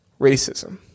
racism